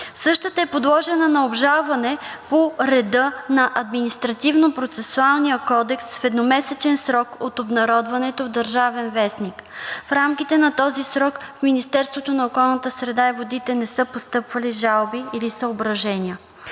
Същата е подложена на обжалване по реда на Административнопроцесуалния кодекс в едномесечен срок от обнародването в Държавен вестник. В рамките на този срок в Министерството на околната среда и водите не са постъпвали жалби или съображения.